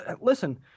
listen